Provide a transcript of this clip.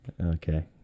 Okay